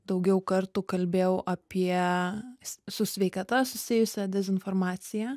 daugiau kartų kalbėjau apie su sveikata susijusią dezinformaciją